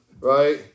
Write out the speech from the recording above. right